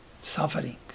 suffering